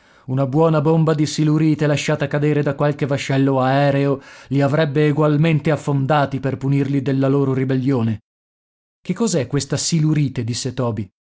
una buona bomba di silurite lasciata cadere da qualche vascello aereo li avrebbe egualmente affondati per punirli della loro ribellione che cos'è questa silurite disse toby